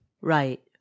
Right